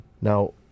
Now